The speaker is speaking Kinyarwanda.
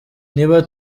niba